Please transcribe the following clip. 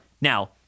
Now